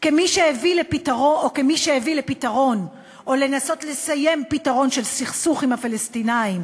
או כמי שהביא לפתרון או ניסה להביא לפתרון של סכסוך עם הפלסטינים